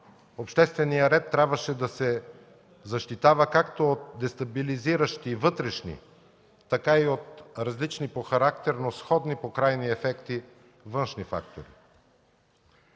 общественият ред трябваше да се защитава както от дестабилизиращи вътрешни, така и от различни по характер, но сходни по крайни ефекти външни фактори.